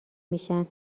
میشن